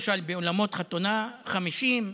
למשל באולמות חתונה 50,